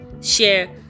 share